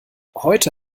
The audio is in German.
heute